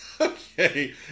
Okay